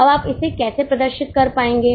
अब आप इसे कैसे प्रदर्शित कर पाएंगे